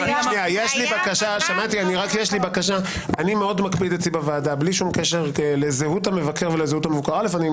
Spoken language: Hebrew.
אני מאוד מקפיד בוועדה בלי קשר לזהות המבקר והמבוקר אל"ף,